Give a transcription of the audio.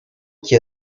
qui